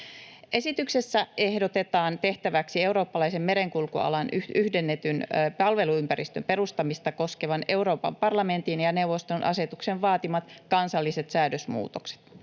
Esityksessä ehdotetaan tehtäväksi eurooppalaisen merenkulkualan yhdennetyn palveluympäristön perustamista koskevan Euroopan parlamentin ja neuvoston asetuksen vaatimat kansalliset säädösmuutokset.